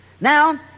Now